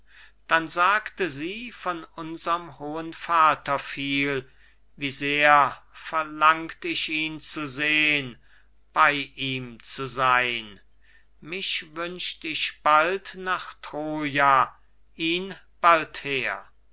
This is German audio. dann sagte sie von unserm hohen vater viel wie sehr verlangt ich ihn zu sehn bei ihm zu sein mich wünscht ich bald nach troja ihn bald her